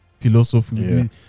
philosophy